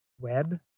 Web